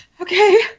Okay